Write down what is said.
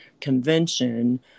convention